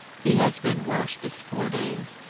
he has been worse this four days.